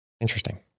Interesting